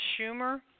Schumer